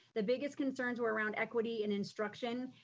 the biggest concerns were around equity and instruction,